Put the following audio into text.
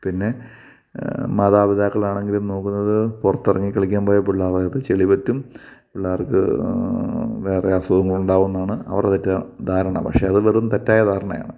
പിന്നെ മാതാപിതാക്കളാണെങ്കിലും നോക്കുന്നത് പുറത്തിറങ്ങി കളിക്കാന് പോയാല് പിള്ളേരുടെ ദേഹത്ത് ചെളി പറ്റും പിള്ളേർക്ക് വേറെ അസുഖങ്ങളുണ്ടാവുമെന്നാണ് അവരുടെ തെറ്റിദ്ധാരണ പക്ഷേ അത് വെറും തെറ്റായ ധാരണയാണ്